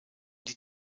die